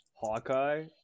Hawkeye